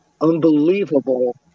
unbelievable